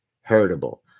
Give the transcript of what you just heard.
heritable